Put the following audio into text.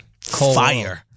Fire